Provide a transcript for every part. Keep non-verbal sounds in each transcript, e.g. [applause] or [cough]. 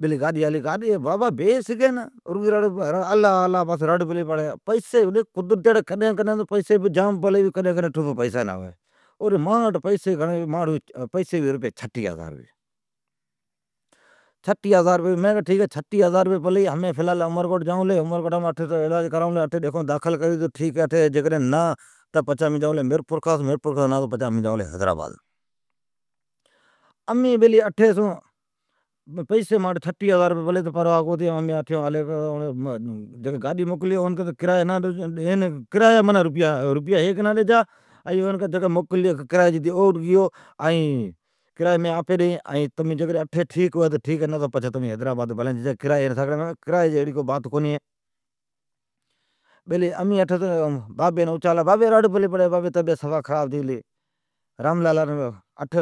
بیلی گاڈی آلی۔ بابا بی سگھی نا رگئی رڑ پلی پڑی بس اللہ اللہ ڑی پلی پڑی ۔ پیسی بیلی قدرت کڈھن کڈھن پئسی بھ جام پلی ھوی، ائین کڈھن کو ھوی۔ او ڈن ماٹھ پئسی ھوی رپئی چھٹیھ ھزاررپیی پلی ھوی امین کیلی ٹھک ھی رپیی چھٹے ھزار رپئی پلی ھی ۔ ھمئین فلال عمرکوٹ جائو لی ،پچھی اٹھے علاج کرائون لی۔ اٹھی داخل کری لی تو ٹھیک ھے، جیکڈھن نا تو پچھی میرپورخاص جائو ،جی میرپوریم نا تو پچھی امین جائو لی حیدرآباد۔ امی بیلی اٹھی سوں پئیسی ماٹھ روپئی چھٹیھ ھزار روپئی پلی ھوی۔ پروھہ کو ھتے ۔ [hesitation] جکئین گاڈیموکلی ھی این کرائیا ڈجا منی رپیا ھیک نہ ڈجا ۔ ائین کیجا جکی موکلی ھی کرائیا اوٹھ جتے گیو، ائین ڈڑیین کیلی این تون روپیا نا ڈیو، تاٹھ ماگی تو کیو جکین تنین کیلی اوٹھون گیو، بھلین اٹھی ٹھیک ھوی تو ٹھیک نتو ٹمئین حیدرآباد گیتی جاذا، مین کیلی کرایی جی کو بات کونی ہے۔ امین بابی اچالا بابی جی رڑ پلی پڑی بابی جی طبعیت سفا خراب ھتی گلی، امین راملال اٹھی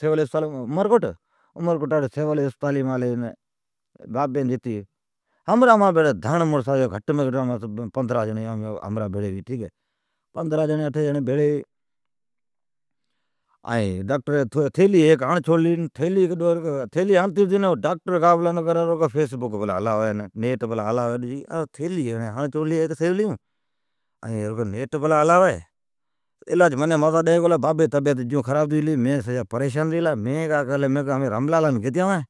سون آلی عمرکوٹ ،اٹھو سون آلی سول اسپتال عمرکوٹ۔ ھمرا امان بھیڑی ڈھنڑ گھٹم گھٹ ڈس پندھرین جیڑین ڈگ مڑسبھڑی ھوی ٹھیک ھی۔ [hesitation] ائین ڈاکٹری تھیلی ھیک پتی لگاتین نیٹنائین فیسبوک پلا ھلاوی۔ علاج مذا ڈی کالا بابی جی طبعیت جون خراب ھٹی گلی مئین سجا پریشان ھتی گلا ھمین جان راملالان گیتی آوین۔